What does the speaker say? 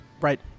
Right